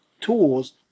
tools